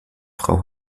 frau